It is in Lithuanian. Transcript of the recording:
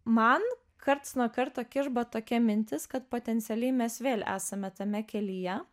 man karts nuo karto kirba tokia mintis kad potencialiai mes vėl esame tame kelyje